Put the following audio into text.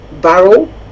barrel